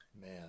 Man